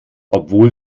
obwohl